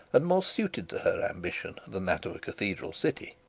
and more suited to her ambition than that of a cathedral city.